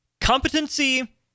Competency